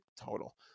total